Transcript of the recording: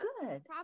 good